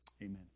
Amen